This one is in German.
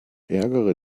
ärgere